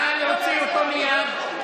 נא להוציא אותו מייד.